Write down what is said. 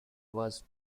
was